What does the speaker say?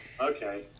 Okay